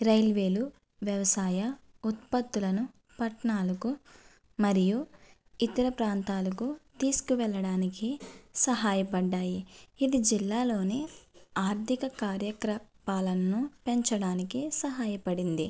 రైల్వేలు వ్యవసాయ ఉత్పత్తులను పట్టణాలకు మరియు ఇతర ప్రాంతాలకు తీసుకవెళ్ళడానికి సహాయపడ్డాయి ఇది జిల్లాలోని ఆర్థిక కార్య కలపాలను పెంచడానికి సహాయపడింది